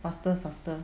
faster faster